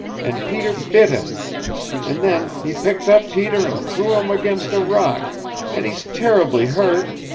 and peter bit him and then he picked up peter and threw him against a rock and he's terribly hurt!